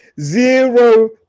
Zero